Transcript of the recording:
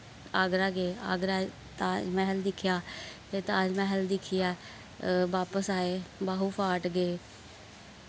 आगरा गे आगरा ताज मैह्ल दिक्खेआ फिर ताज मैह्ल दिक्खियै बापस आए बाहू फोर्ट गे